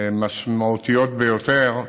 משמעותיות ביותר,